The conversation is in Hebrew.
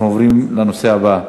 אנחנו עוברים לנושא הבא: